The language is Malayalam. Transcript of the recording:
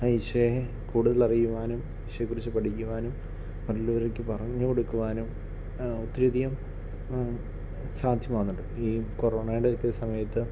ആ ഈശോയെ കൂടുതൽ അറിയുവാനും ഈശോയെ കുറിച്ച് പഠിക്കുവാനും നല്ല രീതിക്ക് പറഞ്ഞു കൊടുക്കുവാനും ഒത്തിരി അധികം സാധ്യമാവുന്നുണ്ട് ഈ കൊറോണയുടെ ഒക്കെ സമയത്ത്